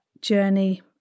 journey